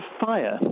fire